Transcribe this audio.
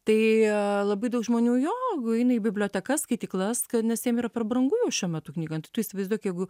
tai a labai daug žmonių jo eina į bibliotekas skaityklas kad nes jiem yra per brangu šiuo metu knygą tu tu įsivaizduok jeigu